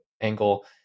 angle